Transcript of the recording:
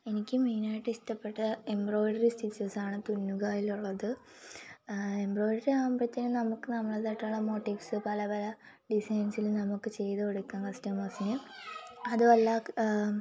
എനിക്ക് മെയിനായിട്ട് ഇഷ്ടപ്പെട്ട എംബ്രോയ്ഡറി സ്റ്റിച്ചസാണ് തുന്നുകയിലുള്ളത് എംബ്രോയ്ഡറി ആവുമ്പോഴത്തേക്കും നമുക്ക് നമ്മളെതായിട്ടുള്ള മോട്ടിവ്സ് പല പല ഡിസൈൻസിൽ നമുക്ക് ചെയ്ത് കൊടുക്കാം കസ്റ്റമേഴ്സിന് അതുമല്ല